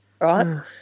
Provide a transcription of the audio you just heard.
right